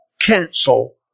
cancel